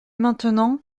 maintenant